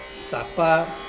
Sapa